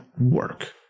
work